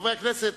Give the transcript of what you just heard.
חברי הכנסת,